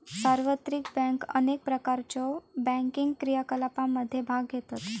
सार्वत्रिक बँक अनेक प्रकारच्यो बँकिंग क्रियाकलापांमध्ये भाग घेतत